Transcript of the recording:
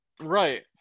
Right